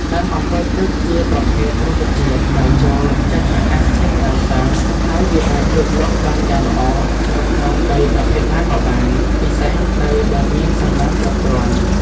ដើមអម្ពិលទឹកជាប្រភេទរុក្ខជាតិដែលចូលចិត្តអាកាសធាតុក្តៅសើម ហើយវាអាចលូតលាស់បានយ៉ាងល្អនៅក្នុងដីប្រភេទណាក៏បាន ពិសេសដីដែលមានសំណើមគ្រប់គ្រាន់។